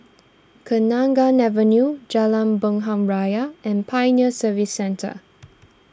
Kenanga Avenue Jalan Bunga Raya and Pioneer Service Centre